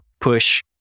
push